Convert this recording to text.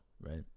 right